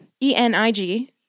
E-N-I-G